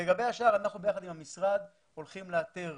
יחד עם המשרד אנחנו הולכים לאתר